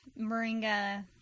Moringa